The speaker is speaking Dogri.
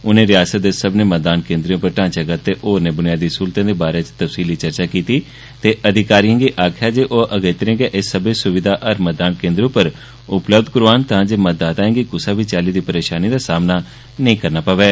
उनें रियासत दे मतदान केन्द्र उप्पर ढांचागत ते होरने ब्नियादी सहलते दे बारै च तफसीली चर्चा कीती ते अधिकारियें गी आक्खेया जे ओ अगेरैं गै ए सब्बै सुविधां हर मतदान केन्द्र उप्पर उपलब्ध करौआन तां जे मतदाताएं गी कुसै चाल्ली दी परेशानी दा सामना नेई करना पवै